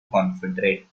confederate